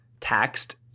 taxed